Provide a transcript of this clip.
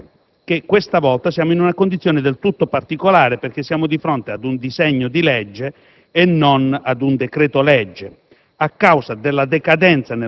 Voglio però ricordare che, questa volta, siamo in una condizione del tutto particolare, perché siamo di fronte ad un disegno di legge e non ad un decreto‑legge,